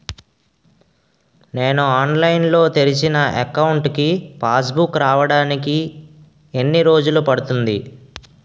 నేను ఆన్లైన్ లో తెరిచిన అకౌంట్ కి పాస్ బుక్ రావడానికి ఎన్ని రోజులు పడుతుంది?